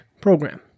program